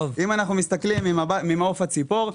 אם מסתכלים ממעוף הציבור,